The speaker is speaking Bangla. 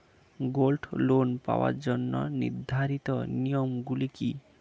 গোল্ড লোন পাওয়ার জন্য নির্ধারিত নিয়ম গুলি কি?